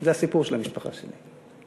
זה הסיפור של המשפחה שלי.